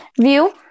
view